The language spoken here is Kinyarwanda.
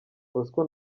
bosco